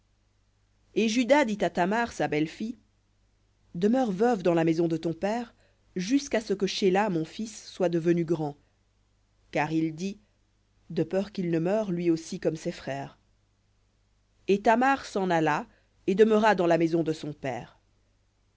et juda dit à tamar sa belle-fille demeure veuve dans la maison de ton père jusqu'à ce que shéla mon fils soit devenu grand car il dit de peur qu'il ne meure lui aussi comme ses frères et tamar s'en alla et demeura dans la maison de son père